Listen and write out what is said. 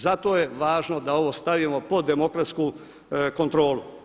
Zato je važno da ovo stavimo pod demokratsku kontrolu.